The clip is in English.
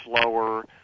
slower